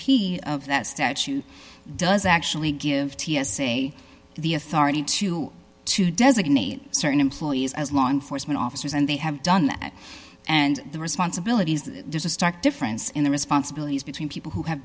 p of that statute does actually give t s a the authority to to designate certain employees as law enforcement officers and they have done that and the responsibilities there's a stark difference in the responsibilities between people who have